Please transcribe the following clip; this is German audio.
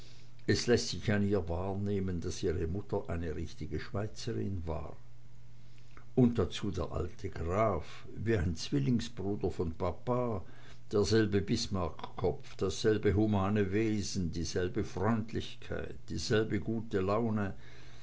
es läßt sich an ihr wahrnehmen daß ihre mutter eine richtige schweizerin war und dazu der alte graf wie ein zwillingsbruder von papa derselbe bismarckkopf dasselbe humane wesen dieselbe freundlichkeit dieselbe gute laune